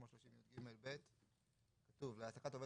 להיות על ידי קבלנים שמאושרים על ידי ההוצאה לפועל